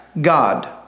God